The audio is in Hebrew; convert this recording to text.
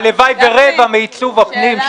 הלוואי שרבע מעיצוב הפנים,